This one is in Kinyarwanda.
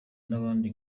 n’abandi